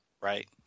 Right